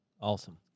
Awesome